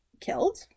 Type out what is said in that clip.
killed